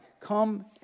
Come